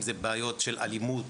אם זה בעיות של אלימות,